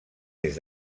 des